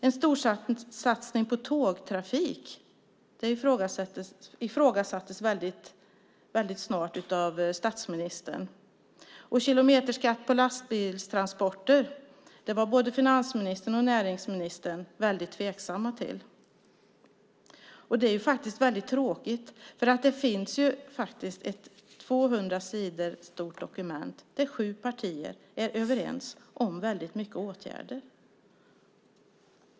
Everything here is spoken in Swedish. En storsatsning på tågtrafik ifrågasattes tidigt av statsministern. En kilometerskatt på lastbilstransporter var både finansministern och näringsministern väldigt tveksamma till. Det är faktiskt väldigt tråkigt eftersom det finns ett 200 sidor stort dokument där sju partier är överens om väldigt många åtgärder.